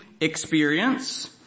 experience